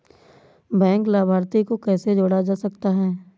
Bank लाभार्थी को कैसे जोड़ा जा सकता है?